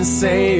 say